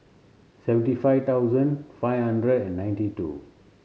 seventy five thousand five hundred and ninety two